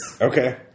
Okay